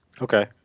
okay